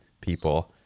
people